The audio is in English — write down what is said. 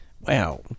wow